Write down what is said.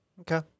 Okay